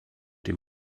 dem